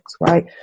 right